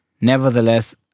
Nevertheless